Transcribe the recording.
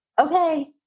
okay